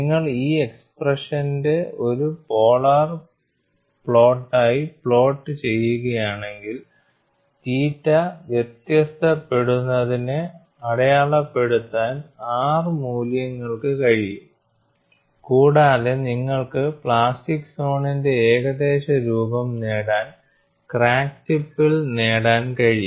നിങ്ങൾ ഈ എക്സ്സ്പ്രെഷൻനെ ഒരു പോളാർ പ്ലോട്ടായി പ്ലോട്ട് ചെയ്യുകയാണെങ്കിൽ തീറ്റ വ്യത്യാസപ്പെടുത്തിനെ അടയാളപ്പെടുത്താൻ r മൂല്യങ്ങൾക്ക് കഴിയും കൂടാതെ നിങ്ങൾക്ക് പ്ലാസ്റ്റിക് സോണിന്റെ ഏകദേശ രൂപം നേടാൻ ക്രാക്ക് ടിപ്പിൽ നേടാൻ കഴിയും